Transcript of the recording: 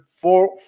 four